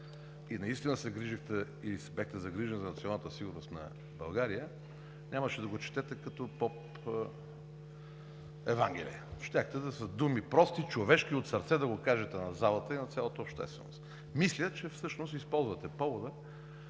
се грижехте и бяхте загрижен за националната сигурност на България, нямаше да го четете като поп евангелие. Щяхте с думи прости, човешки и от сърце да го кажете на залата и на цялата общественост. Мисля, че всъщност използвате повода,